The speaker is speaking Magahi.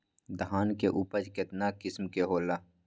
धान के उपज केतना किस्म के होला?